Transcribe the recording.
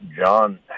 John